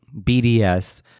BDS